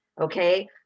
okay